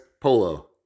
Polo